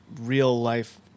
real-life